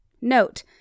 Note